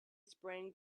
sprang